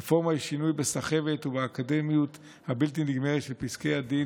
רפורמה היא שינוי בסחבת ובאקדמיות הבלתי-נגמרת של פסקי הדין,